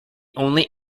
only